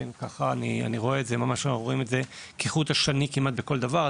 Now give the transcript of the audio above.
כך אני רואה את זה כחוט השני כמעט בכל דבר.